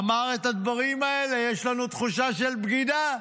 אמר את הדברים האלה: "יש לנו תחושה של בגידה".